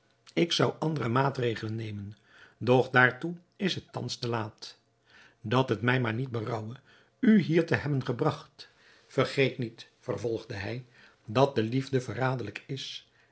ik zou andere maatregelen nemen doch daartoe is het thans te laat dat het mij maar niet berouwe u hier te hebben gebragt vergeet niet vervolgde hij dat de liefde verraderlijk is